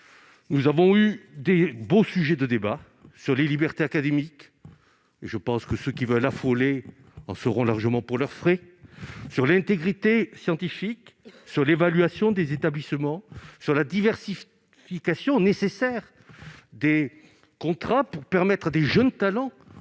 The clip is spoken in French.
Nous avons eu de beaux débats sur les libertés académiques- ceux qui veulent affoler en seront largement pour leurs frais -,... Tout à fait !... sur l'intégrité scientifique, sur l'évaluation des établissements, sur la diversification nécessaire des contrats pour permettre à de jeunes talents de trouver